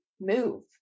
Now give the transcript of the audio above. move